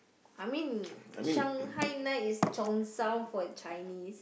I mean Shanghai night is Cheongsam for Chinese